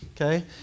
Okay